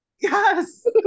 yes